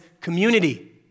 community